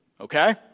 Okay